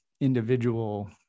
individual